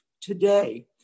today